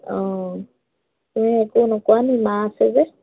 অঁ তুমি একো নকৰা নি মা আছে যে